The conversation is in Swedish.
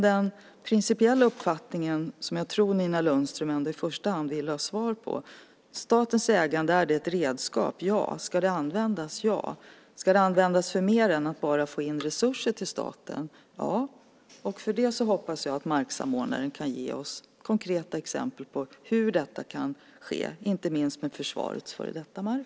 Den principiella uppfattningen, som jag tror att Nina Lundström i första hand vill ha svar på, gäller: Är statens ägande ett redskap? Ja. Ska det användas? Ja. Ska det användas till mer än att bara få in resurser till staten? Ja. Jag hoppas att marksamordnaren kan ge oss konkreta exempel på hur detta kan ske, inte minst med försvarets före detta mark.